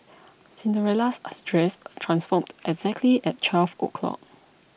Cinderella's dress transformed exactly at twelve o'clock